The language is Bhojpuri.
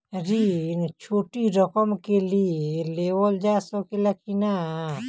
ऋण छोटी रकम के लिए लेवल जा सकेला की नाहीं?